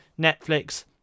Netflix